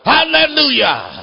Hallelujah